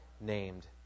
named